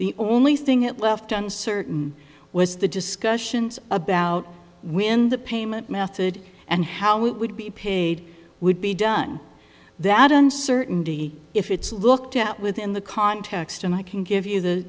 the only thing it left uncertain was the discussions about when the payment method and how it would be paid would be done that uncertainty if it's looked at within the context and i can give you the